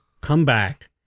comeback